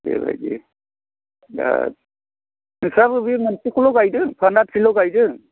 बेबायदि दा नोंस्राबो बे मोनसेखौल' गायदों फानाथिल' गायदों